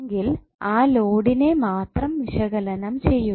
എങ്കിൽ ആ ലോഡിന്റെ മാത്രം വിശകലനം ചെയ്യുക